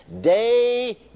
day